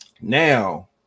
now